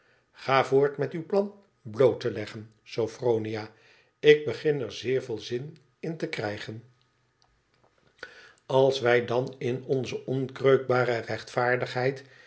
ga voort met uw plan bloot te leggen sophronia ik begin er zeer veel zin in te krijgen alswijdan in onze onkreukbare rechtvaardigheid